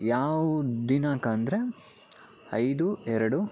ಯಾವ ದಿನಾಂಕ ಅಂದರೆ ಐದು ಎರಡು